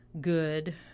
good